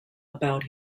about